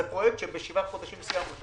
זה פרויקט שסיימנו בשבעה חודשים,